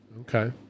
Okay